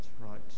right